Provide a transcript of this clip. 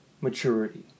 maturity